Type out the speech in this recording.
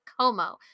Como